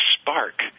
spark